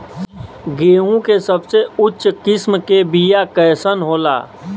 गेहूँ के सबसे उच्च किस्म के बीया कैसन होला?